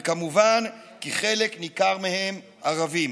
וכמובן כי חלק ניכר מהם ערבים.